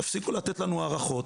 תפסיקו לתת לנו הערכות,